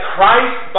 Christ